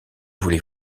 voulez